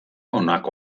honako